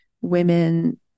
women